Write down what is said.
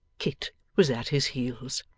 kit was at his heels.